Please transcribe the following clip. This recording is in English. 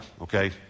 okay